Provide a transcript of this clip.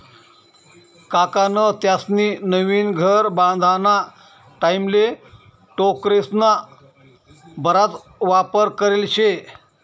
काकान त्यास्नी नवीन घर बांधाना टाईमले टोकरेस्ना बराच वापर करेल शे